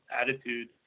attitude